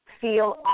feel